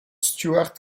stuart